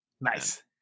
Nice